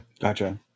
gotcha